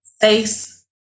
face